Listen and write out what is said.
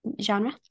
genre